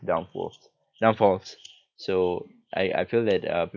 downfalls downfalls so I I feel that uh